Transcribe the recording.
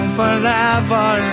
forever